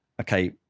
okay